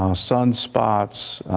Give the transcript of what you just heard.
ah sunspots,